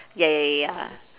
ya ya ya ya